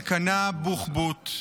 אלקנה בוחבוט,